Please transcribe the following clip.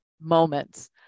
moments